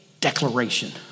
declaration